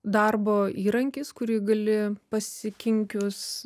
darbo įrankis kurį gali pasikinkius